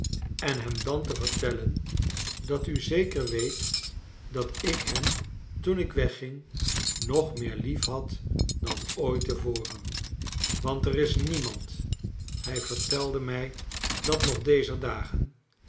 en hem dan te vertellen dat u zeker weet dat ik hem toen ik wegging nog meer liefhad dan ooit te voren want er is niemand hij veftelde mij dat nog dezer dagen